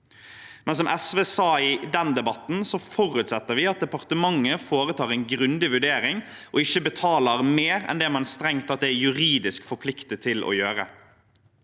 Men som SV sa i den debatten: Vi forutsetter at departementet foretar en grundig vurdering og ikke betaler mer enn det man strengt tatt er juridisk forpliktet til å gjøre.